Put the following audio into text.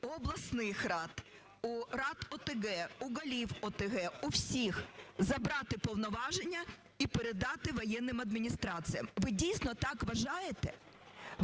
у обласних рад, у рад ОТГ, у голів ОТГ, у всіх забрати повноваження і передати воєнним адміністраціям? Ви дійсно так вважаєте?